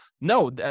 no